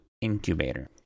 incubator